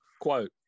Quote